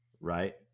Right